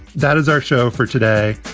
that is our show for today.